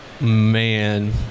Man